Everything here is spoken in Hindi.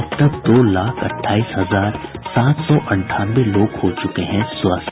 अब तक दो लाख अठाईस हजार सात सौ अंठानवे लोग हो चूके हैं स्वस्थ